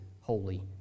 holy